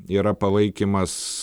yra palaikymas